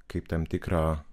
kaip tam tikrą